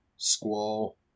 Squall